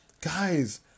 guys